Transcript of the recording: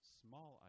small